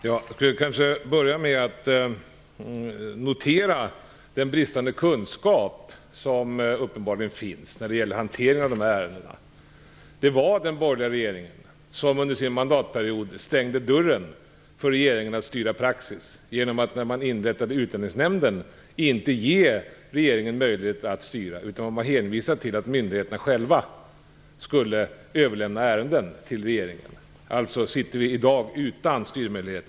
Herr talman! Jag vill börja med att notera den bristande kunskap som uppenbarligen finns när det gäller hanteringen av dessa ärenden. Det var den borgerliga regeringen som under sin mandatperiod stängde dörren för regeringens möjligheter att styra praxis. När man inrättade Utlänningsnämnden gav man inte regeringen möjlighet att styra. Regeringen var hänvisad till att myndigheterna själva skulle överlämna ärenden till regeringen. Alltså sitter vi i dag utan styrmöjligheter.